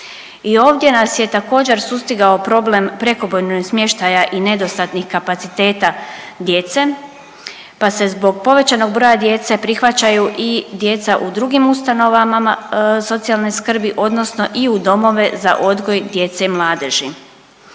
ovdje nas je također sustigao problem prekomjernog smještaja i nedostatnih kapaciteta djece, pa se zbog povećanog broja djece prihvaćaju i djeca u drugim ustanovama socijalne skrbi odnosno i u domove za odgoj djece i mladeži.